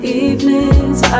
evenings